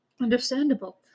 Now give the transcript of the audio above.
understandable